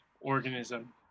organism